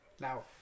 Now